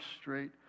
straight